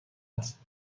است